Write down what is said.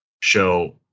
show